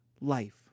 life